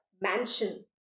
mansion